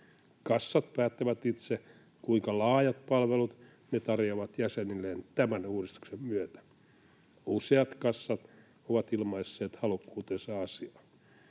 Kassat päättävät itse, kuinka laajat palvelut ne tarjoavat jäsenilleen tämän uudistuksen myötä. Useat kassat ovat ilmaisseet halukkuutensa asiaan.